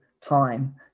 time